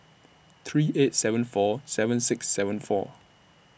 three eight seven four seven six seven four